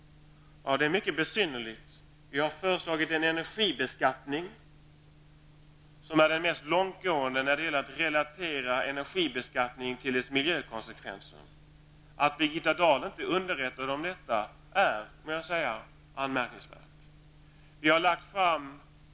Det är mycket besynnerligt. Vi har föreslagit en energibeskattning som är den mest långtgående när det gäller att relatera beskattningen till dess miljökonsekvenser. Att Birgitta Dahl inte är underrättad om detta må jag säga är anmärkningsvärt.